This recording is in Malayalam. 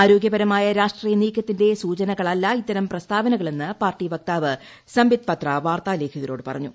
ആരോഗ്യപരമായ രാഷ്ട്രട്ടീയ് നീക്കത്തിന്റെ സൂചനകളല്ല ഇത്തരം പ്രസ്താവനകളെന്ന് പാർട്ടി വക്താവ് സംബിത്ത് പത്ര വാർത്താലേഖകരോട് പറഞ്ഞു